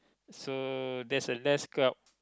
so there's a less crowd